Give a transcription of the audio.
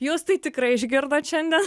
jos tai tikrai išgirdo šiandien